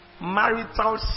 marital